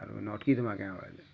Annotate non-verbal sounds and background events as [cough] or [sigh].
ଆରୁ ଏଇନେ ଅଟ୍କି ଥିମା କାଁ [unintelligible]